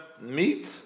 meat